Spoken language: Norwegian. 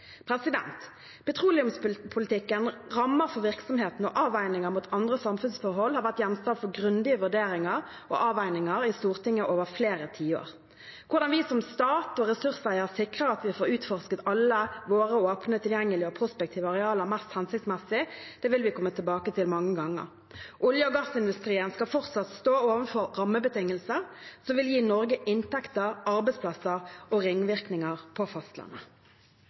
Petroleumspolitikken, rammer for virksomheten og avveininger mot andre samfunnsforhold har vært gjenstand for grundige vurderinger og avveininger i Stortinget over flere tiår. Hvordan vi som stat og ressurseier sikrer at vi får utforsket alle våre åpne, tilgjengelige og prospektive arealer mest hensiktsmessig, vil vi komme tilbake til mange ganger. Olje- og gassindustrien skal fortsatt stå overfor rammebetingelser som vil gi Norge inntekter, arbeidsplasser og ringvirkninger på fastlandet.